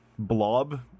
blob